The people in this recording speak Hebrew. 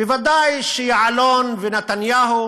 בוודאי יעלון ונתניהו